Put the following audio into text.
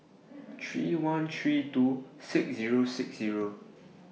three one three two six Zero six Zero